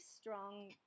strong